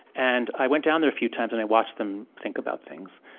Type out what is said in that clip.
and i went down there a few times, and i watched them think about things.